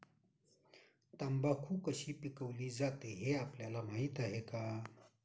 तंबाखू कशी पिकवली जाते हे आपल्याला माहीत आहे का?